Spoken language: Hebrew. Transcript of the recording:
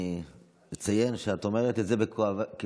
אני אציין שאת אומרת את זה בכובעך